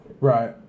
Right